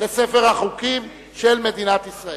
אני קובע שחוק חסינות חברי הכנסת,